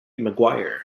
maguire